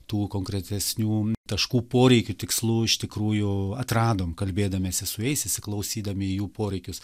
tų konkretesnių taškų poreikių tikslų iš tikrųjų atradom kalbėdamiesi su jais įsiklausydami į jų poreikius